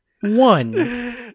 One